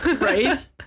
right